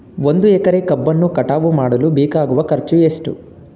ಒಂದು ಎಕರೆ ಕಬ್ಬನ್ನು ಕಟಾವು ಮಾಡಲು ಬೇಕಾಗುವ ಖರ್ಚು ಎಷ್ಟು?